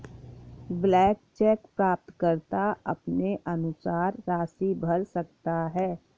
blank cheque प्राप्तकर्ता अपने अनुसार राशि भर सकता है